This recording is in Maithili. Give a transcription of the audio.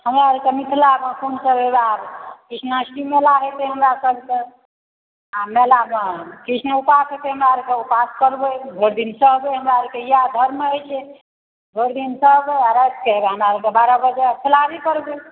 हमरा आओरकेँ मिथिलामे कोनसभ मेला कृष्णाष्टमी मेला हेतै हमरासभके आ मेलामे कृष्ण उपास हेतै हमरा आओरके उपास करबै भरि दिन सहबै हमरा आओरके इएह धर्ममे होइत छै भरि दिन सहबै आ रातिकेँ हमरा आओरके बारह बजे फलहारी करबै